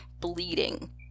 bleeding